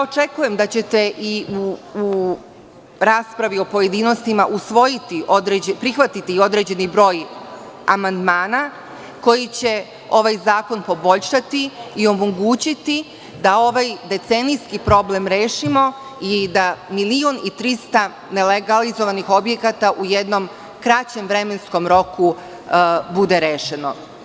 Očekujem da ćete i u raspravi u pojedinostima prihvatiti određeni broj amandmana koji će ovaj zakon poboljšati i omogućiti da ovaj decenijski problem rešimo i da 1.300.000 nelegalizovanih objekata u jednom kraćem vremenskom roku bude rešeno.